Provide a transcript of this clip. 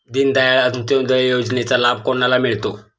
दीनदयाल अंत्योदय योजनेचा लाभ कोणाला मिळतो?